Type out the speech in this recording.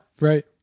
right